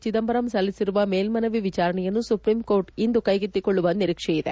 ಚಿದಂಬರಂ ಸಲ್ಲಿಸಿರುವ ಮೇಲ್ಮನವಿ ವಿಚಾರಣೆಯನ್ನು ಸುಪ್ರೀಂ ಕೋರ್ಟ್ ಇಂದು ಕೈಗೆತ್ತಿಕೊಳ್ಳುವ ನಿರೀಕ್ಷೆ ಇದೆ